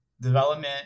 development